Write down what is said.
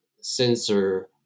sensor